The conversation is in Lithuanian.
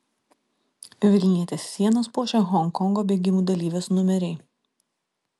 vilnietės sienas puošia honkongo bėgimų dalyvės numeriai